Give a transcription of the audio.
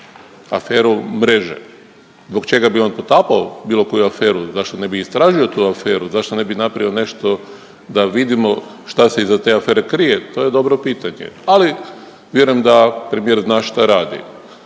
aferu Mreže. Zbog čega bi on potapao bilo koju aferu? Zašto ne bi istražio tu aferu? Zašto ne bi napravio nešto da vidimo šta se iza te afere krije? To je dobro pitanje, ali vjerujem da premijer zna šta radi.